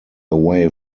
away